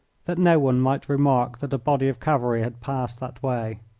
that no one might remark that a body of cavalry had passed that way.